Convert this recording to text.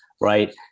right